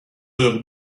heures